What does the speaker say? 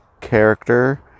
character